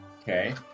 Okay